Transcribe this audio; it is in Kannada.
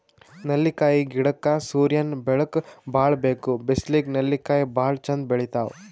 ನೆಲ್ಲಿಕಾಯಿ ಗಿಡಕ್ಕ್ ಸೂರ್ಯನ್ ಬೆಳಕ್ ಭಾಳ್ ಬೇಕ್ ಬಿಸ್ಲಿಗ್ ನೆಲ್ಲಿಕಾಯಿ ಭಾಳ್ ಚಂದ್ ಬೆಳಿತಾವ್